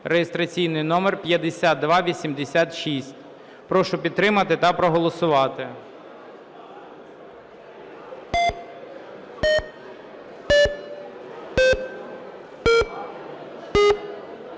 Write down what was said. (реєстраційний номер 5286). Прошу підтримати та проголосувати.